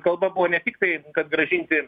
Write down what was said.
kalba buvo ne tiktai kad grąžinti